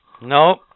Nope